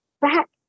back